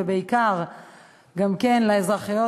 ובעיקר לאזרחיות,